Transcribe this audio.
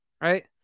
right